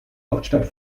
hauptstadt